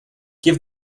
give